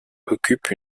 occupent